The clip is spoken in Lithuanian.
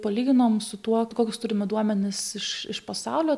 palyginom su tuo kokius turime duomenis iš iš pasaulio